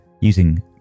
Using